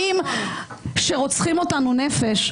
שרוצחים אותנו נפש,